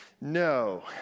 no